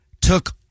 took